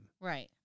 Right